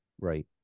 right